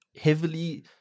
heavily